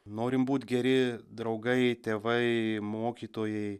norim būt geri draugai tėvai mokytojai